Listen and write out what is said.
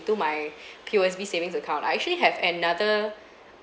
to my P_O_S_B savings account I actually have another